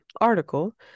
article